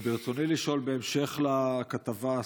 רצוני לשאול, בהמשך לכתבה הזאת: